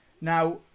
Now